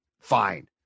fine